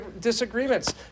disagreements